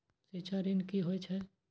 शिक्षा ऋण की होय छै?